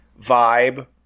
vibe